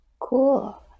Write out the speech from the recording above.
cool